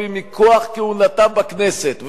מכוח כהונתה בכנסת,